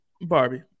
Barbie